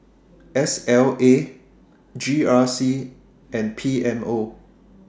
S L A G R C and P M O